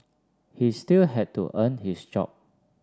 he still had to earn his job